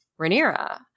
Rhaenyra